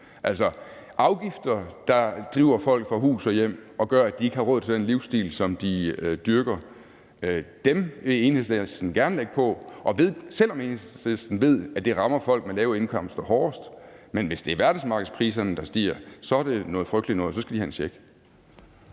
Altså, afgifter, der driver folk fra hus og hjem og gør, at de ikke har råd til den livsstil, som de dyrker, vil Enhedslisten gerne lægge på, selv om Enhedslisten ved, at det rammer folk med lave indkomster hårdest. Men hvis det er af verdensmarkedspriserne, der stiger, så er det noget frygteligt noget, og så skal de have en check.